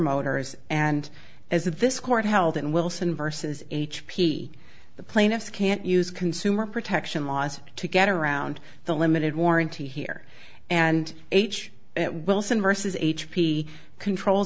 motors and as that this court held in wilson versus h p the plaintiffs can't use consumer protection laws to get around the limited warranty here and h at wilson versus h p controls